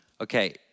Okay